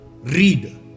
read